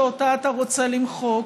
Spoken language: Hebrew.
שאותה אתה רוצה למחוק.